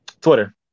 Twitter